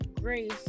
grace